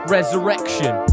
Resurrection